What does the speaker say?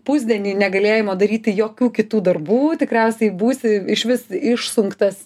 pusdienį negalėjimo daryti jokių kitų darbų tikriausiai būsi išvis išsunktas